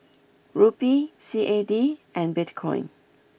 Rupee C A D and Bitcoin